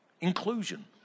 inclusion